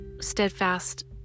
steadfast